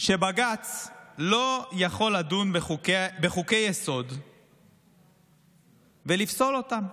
שבג"ץ לא יכול לדון בחוקי-יסוד ולפסול אותם.